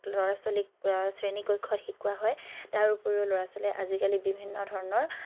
ল'ৰা ছোৱালীক শ্ৰেণীকক্ষত শিকোৱা হয় তাৰ উপৰিও ল'ৰা ছোৱালীয়ে আজিকালি বিভিন্ন ধৰণৰ